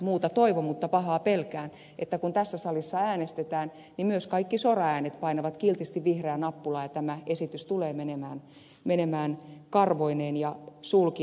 muuta toivon mutta pahaa pelkään että kun tässä salissa äänestetään niin myös kaikki soraäänet painavat kiltisti vihreää nappulaa ja tämä esitys tulee menemään karvoineen ja sulkineen läpi